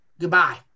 Goodbye